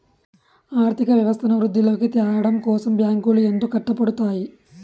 ఆర్థిక వ్యవస్థను వృద్ధిలోకి త్యావడం కోసం బ్యాంకులు ఎంతో కట్టపడుతాయి